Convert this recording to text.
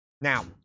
Now